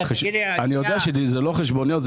אני יודע שזה לא חשבוניות,